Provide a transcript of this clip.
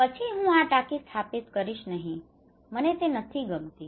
પછી હું આ ટાંકી સ્થાપિત કરીશ નહીં મને તે નથી ગમતી